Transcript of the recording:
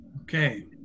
Okay